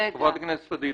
חברת הכנסת פדידה.